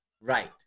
Right